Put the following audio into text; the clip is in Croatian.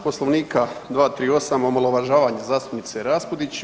Poslovnika 238. omalovažavanje zastupnice Raspudić.